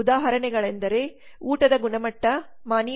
ಉದಾಹರಣೆಗಳೆಂದರೆ ಊಟದ ಗುಣಮಟ್ಟ ಮಾಣಿ ವರ್ತನೆ ಸಮಯಕ್ಕೆ ನಿರ್ಗಮಣೆ